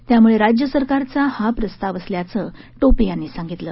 त्यामुळे राज्यसरकारचा हा प्रस्ताव असल्याचं टोपे यांनी सांगितलं